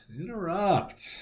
Interrupt